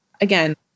again